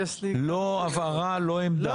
לא הבהרה, לא עמדה.